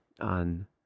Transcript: on